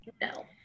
No